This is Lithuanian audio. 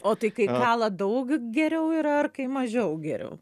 o tai kai kala daug geriau yra ar kai mažiau geriau